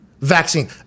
vaccine